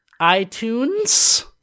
iTunes